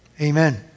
Amen